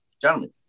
gentlemen